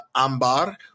Ambar